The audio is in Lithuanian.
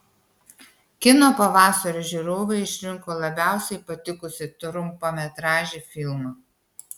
kino pavasario žiūrovai išrinko labiausiai patikusį trumpametražį filmą